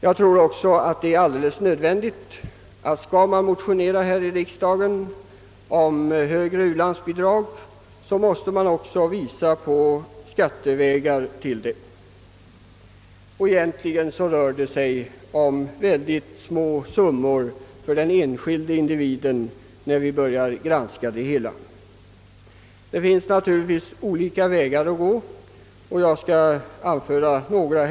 Jag tror också att det är alldeles nödvändigt att man, om man skall motionera här i riksdagen om högre u-landsbidrag, också måste visa hur man på skattevägen skall kunna nå målet. Egentligen rör det sig bara om små summor för den enskilde individen, det visar sig när man företar en granskning. Det finns naturligtvis olika vägar att gå, och jag skall här peka på några.